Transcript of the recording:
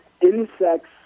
insects